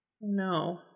No